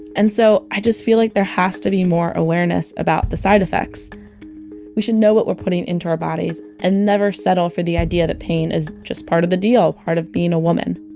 and so i just feel like there has to be more awareness about the side effects we should know what we're putting in our bodies and never settle for the idea that pain is just part of the deal, part of being a woman